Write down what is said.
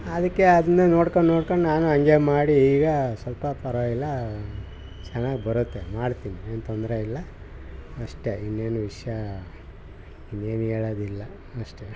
ಅದಕ್ಕೆ ಅದನ್ನ ನೋಡ್ಕೊಂಡು ನೋಡ್ಕೊಂಡು ನಾನು ಹಂಗೆ ಮಾಡಿ ಈಗ ಸ್ವಲ್ಪ ಪರವಾಗಿಲ್ಲ ಚೆನ್ನಾಗಿ ಬರುತ್ತೆ ಮಾಡ್ತೀನಿ ಏನು ತೊಂದರೆ ಇಲ್ಲ ಅಷ್ಟೆ ಇನ್ನೇನು ವಿಷಯ ಇನ್ನೇನು ಹೇಳದಿಲ್ಲ ಅಷ್ಟೆ